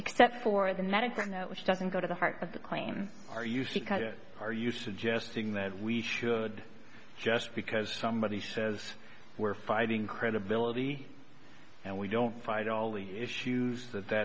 except for the medicine which doesn't go to the heart of the claim are you sick of it are you suggesting that we should just because somebody says we're fighting credibility and we don't fight all the issues that